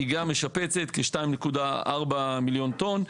היא גם משפצת, כ-2.4 מיליון טון.